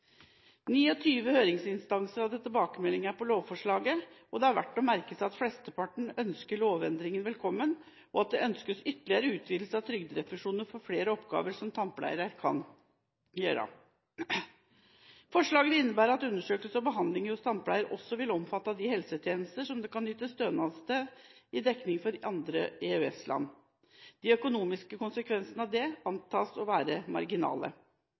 høringsinstanser som hadde tilbakemeldinger på lovforslaget, og det er verdt å merke seg at flesteparten ønsker lovendringen velkommen, og at det ønskes ytterligere utvidelse av trygderefusjonen for flere av de oppgavene som tannpleiere kan gjøre. Forslaget vil innebære at undersøkelse og behandling hos tannpleier også vil omfattes av de helsetjenester som det kan ytes stønad til dekning for i andre EØS-land. De økonomiske konsekvenser av det antas å være marginale.